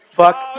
fuck